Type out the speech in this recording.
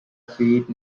sweet